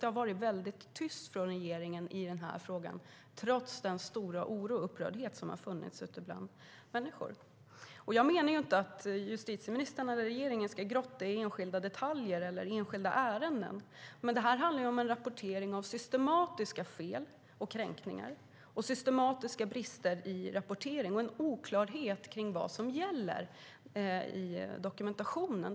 Det har varit väldigt tyst från regeringens sida i den här frågan trots den stora oro och upprördhet som har funnits ute bland människor. Jag menar inte att justitieministern eller regeringen ska grotta ned sig i enskilda detaljer eller enskilda ärenden, men det här handlar om rapportering av systematiska fel och kränkningar, systematiska brister i rapporteringen och oklarhet kring vad som gäller i dokumentationen.